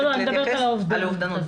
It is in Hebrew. אני מדברת על האובדנות.